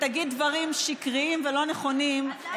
ותגיד דברים שקריים ולא נכונים,